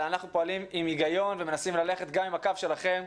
אנחנו פועלים עם היגיון ומנסים ללכת גם עם הקו שלכם.